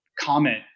comment